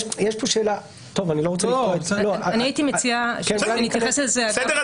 אני הייתי מציעה שנתייחס לזה --- בסדר,